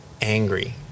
angry